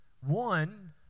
One